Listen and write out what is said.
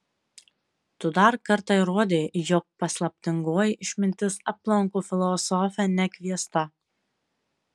tu dar kartą įrodei jog paslaptingoji išmintis aplanko filosofę nekviesta